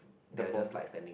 they are just like standing